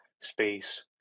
space